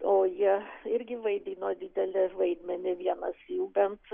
o jie irgi vaidino didelį vaidmenį vienas jų bent